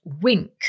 wink